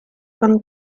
von